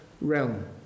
realm